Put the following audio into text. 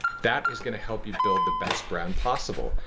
that is going to help you build the best brand possible.